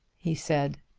he said.